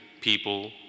people